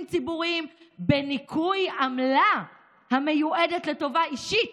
ציבוריים בניכוי עמלה המיועדת לטובה אישית